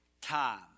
time